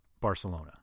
Barcelona